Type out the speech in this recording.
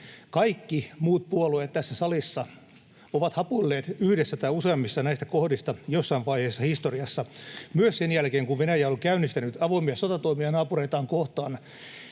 Kaikki muut puolueet tässä salissa ovat hapuilleet yhdessä tai useammissa näistä kohdista jossain vaiheessa historiassa, myös sen jälkeen, kun Venäjä on käynnistänyt avoimia sotatoimia naapureitaan kohtaan